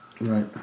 Right